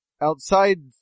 outside